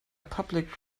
public